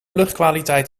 luchtkwaliteit